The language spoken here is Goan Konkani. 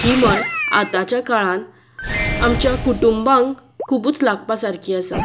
ही म्हण आतांच्या काळान आमच्या कुटुंबांक खुबूच लागपा सारकी आसा